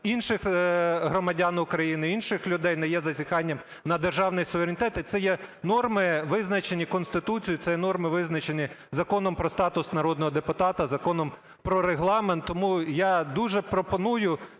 інших громадян України, інших людей, не є зазіханням на державний суверенітет. І це є норми визначені Конституцією, це є норми визначені Законом про статус народного депутата, Законом про Регламент. Тому я дуже пропоную